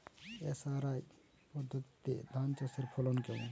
SRI পদ্ধতিতে ধান চাষের ফলন কেমন?